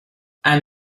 and